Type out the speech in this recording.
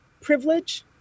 privilege